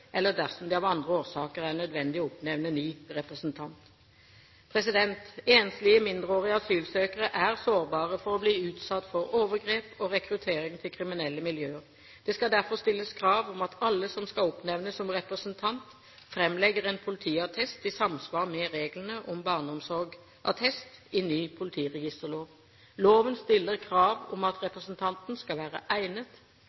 eller dersom det av andre årsaker er nødvendig å oppnevne ny representant. Enslige, mindreårige asylsøkere er sårbare for å bli utsatt for overgrep og rekruttering til kriminelle miljøer. Det skal derfor stilles krav om at alle som skal oppnevnes som representant, framlegger en politiattest i samsvar med reglene om barneomsorgsattest i ny politiregisterlov. Loven stiller krav om at